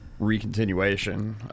recontinuation